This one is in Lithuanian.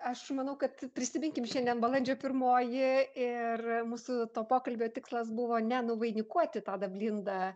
aš manau kad prisiminkim šiandien balandžio pirmoji ir mūsų to pokalbio tikslas buvo ne nuvainikuoti tadą blindą